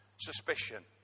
suspicion